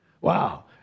Wow